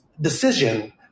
decision